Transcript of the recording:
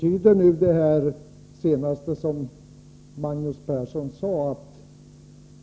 Herr talman!